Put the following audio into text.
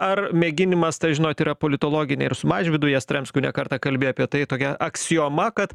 ar mėginimas ta žinot yra politologinė ir su mažvydu jastramskiu ne kartą kalbėję apie tai tokia aksioma kad